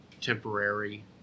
temporary